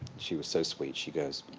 she was so sweet. she goes,